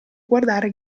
guardare